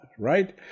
right